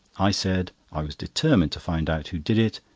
i said i was determined to find out who did it,